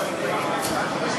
חבר הכנסת עפר שלח, יש